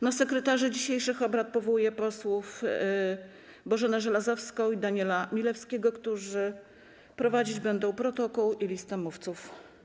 Na sekretarzy dzisiejszych obrad powołuję posłów Bożenę Żelazowską i Daniela Milewskiego, którzy prowadzić będą protokół i listę mówców.